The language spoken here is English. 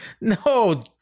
no